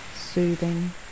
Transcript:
soothing